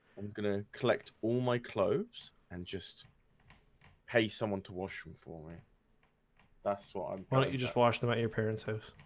i'm gonna collect all my clothes and just pay someone to wash them for me that's why why don't you just wash them at your parents house?